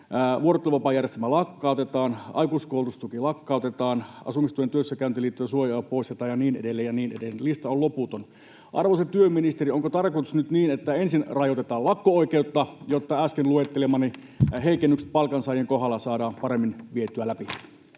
vuorotteluvapaajärjestelmä lakkautetaan, aikuiskoulutustuki lakkautetaan, asumistuen työssäkäyntiin liittyvä suojaosa poistetaan ja niin edelleen ja niin edelleen. Lista on loputon. Arvoisa työministeri, onko tarkoitus nyt niin, että ensin rajoitetaan lakko-oikeutta, jotta äsken luettelemani heikennykset palkansaajien kohdalla saadaan paremmin vietyä läpi?